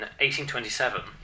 1827